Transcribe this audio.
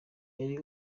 yari